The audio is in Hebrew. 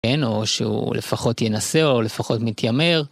כן, או שהוא לפחות ינסה, או לפחות מתיימר.